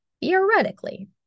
Theoretically